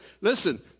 listen